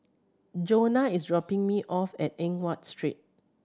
Johnna is dropping me off at Eng Watt Street